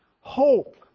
Hope